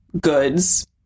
goods